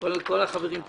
כל החברים מתנדבים,